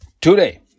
today